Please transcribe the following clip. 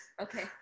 Okay